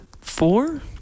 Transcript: four